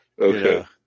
Okay